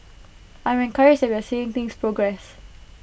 I'm encouraged that we're seeing things progress